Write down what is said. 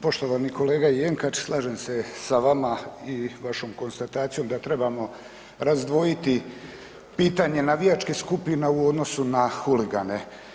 Poštovani kolega Jenkač slažem se sa vama i vašom konstatacijom da trebamo razdvojiti pitanje navijačkih skupina u odnosu na huligane.